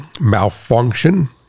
malfunction